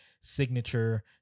signature